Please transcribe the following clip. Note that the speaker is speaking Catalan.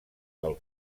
del